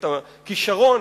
ואת הכשרון,